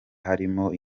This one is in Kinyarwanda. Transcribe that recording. harimo